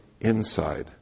inside